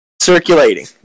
circulating